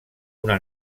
una